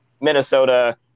Minnesota